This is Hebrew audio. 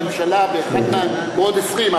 הממשלה בעוד 20,